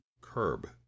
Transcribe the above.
curb